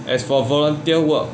as for volunteer work